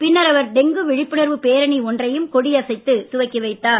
பின்னர் அவர் டெங்கு விழிப்புணர்வு பேரணி ஒன்றையும் கொடியசைத்து துவக்கி வைத்தார்